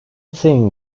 thing